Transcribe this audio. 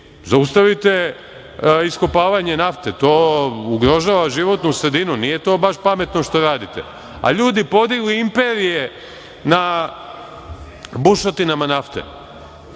zaustavite iskopavanje nafte, to ugrožava životnu sredinu, nije to baš pametno što radite. A ljudi podigli imperije na bušotinama nafte. Ja